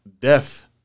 death